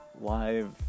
live